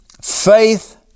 faith